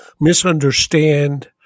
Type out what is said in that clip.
misunderstand